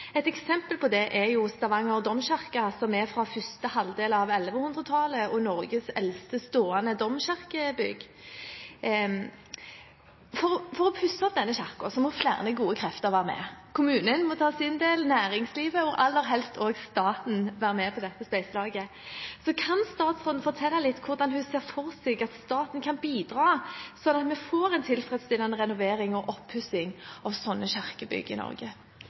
Et eksempel på det er Stavanger domkirke, som er fra første halvdel av 1100-tallet og Norges eldste bestående domkirkebygg. For å pusse opp denne kirken må flere gode krefter være med. Kommunen må ta sin del – og næringslivet – og aller helst må også staten være med på dette spleiselaget. Kan statsråden fortelle hvordan hun ser for seg at staten kan bidra, sånn at vi får en tilfredsstillende renovering og oppussing av slike kirkebygg i Norge?